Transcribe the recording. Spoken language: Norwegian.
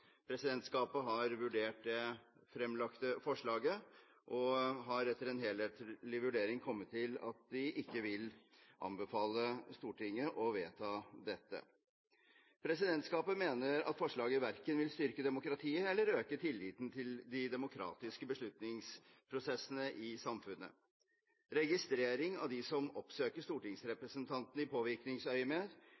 Presidentskapet har vurdert det fremlagte forslaget, og har etter en helhetlig vurdering kommet til at det ikke vil anbefale Stortinget å vedta dette. Presidentskapet mener at forslaget verken vil styrke demokratiet eller øke tilliten til de demokratiske beslutningsprosessene i samfunnet. Registrering av dem som oppsøker